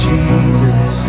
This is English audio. Jesus